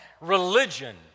Religion